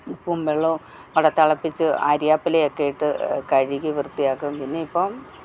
ഉപ്പും വെള്ളവും കൂടെ തിളപ്പിച്ച് ആര്യവേപ്പിലയൊക്കെ ഇട്ട് കഴുകി വൃത്തിയാക്കും പിന്നെ ഇപ്പോൾ